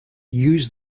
use